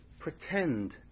pretend